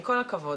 עם כל הכבוד,